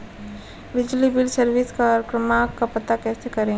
बिजली bill service क्रमांक का पता कैसे करें?